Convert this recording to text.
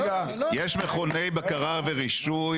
זהו, זה מה שאני מבקש לשמוע.